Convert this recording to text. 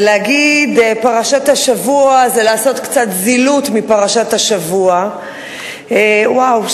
ולהגיד פרשת השבוע זה לעשות קצת זילות מפרשת השבוע וואו,